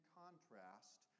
contrast